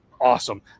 awesome